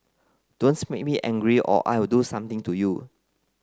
make me angry or I will do something to you